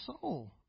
soul